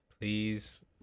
Please